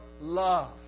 love